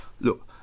look